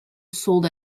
sold